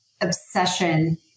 obsession